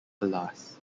alas